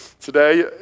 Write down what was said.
today